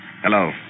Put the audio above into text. Hello